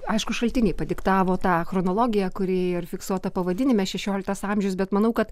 aišku šaltiniai padiktavo tą chronologiją kuri ir fiksuota pavadinime šešioliktas amžiaus bet manau kad